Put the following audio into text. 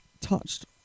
touched